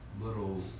little